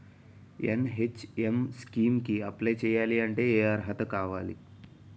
NHM scheme కి apply చేయాలి అంటే ఏ అర్హత కావాలి?